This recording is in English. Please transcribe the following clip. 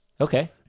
Okay